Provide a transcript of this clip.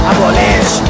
Abolish